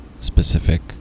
specific